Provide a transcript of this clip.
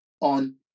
on